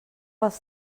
els